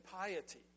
piety